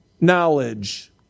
knowledge